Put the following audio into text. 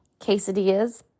quesadillas